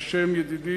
על שם ידידי